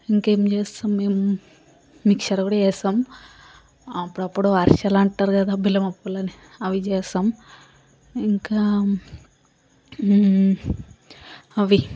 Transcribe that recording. ఇంకేం చేస్తాం మేము మిక్చర్ కూడా చేస్తాం అప్పుడప్పుడూ అరిసెలు అంటారు కదా బెల్లం అప్పాలు అని అవి చేస్తాం ఇంకా అవి